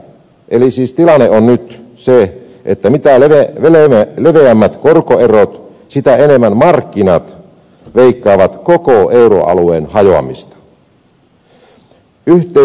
eli siis tilanne on nyt se että mitä leveämmät korkoerot sitä enemmän markkinat veikkaavat koko euroalueen hajoamista